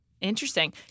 Interesting